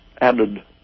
added